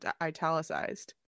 italicized